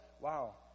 wow